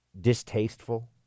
distasteful